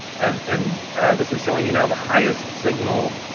and, and this is showing you now the highest signal